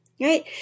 right